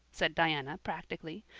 said diana practically,